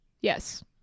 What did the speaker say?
Yes